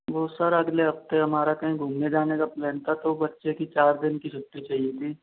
वो सर अगले हफ्ते हमारा कहीं घूमने का प्लान था तो बच्चे की चार दिन की छुट्टी चाहिए थी